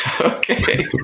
Okay